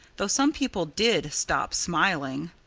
though some people did stop smiling.